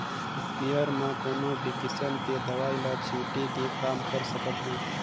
sprayer म कोनो भी किसम के दवई ल छिटे के काम कर सकत हे